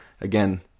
again